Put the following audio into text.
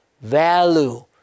value